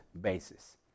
basis